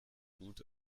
gut